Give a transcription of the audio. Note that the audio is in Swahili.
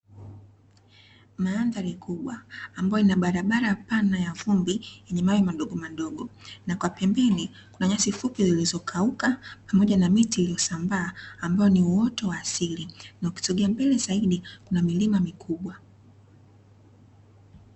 Maandhari kubwa ambayo inabarabara pana ya vumbi yenye mawe madogo madogo. Na kwa pembeni, kuna nyasi fupi zilizokauka, pamoja na miti iliyosambaa, ambayo ni uoto wa asili na ukisogea mbele zaidi kuna milima mikubwa.